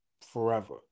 forever